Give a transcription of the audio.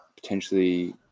potentially